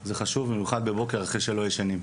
זה חשוב, במיוחד בבוקר אחרי שלא ישנים.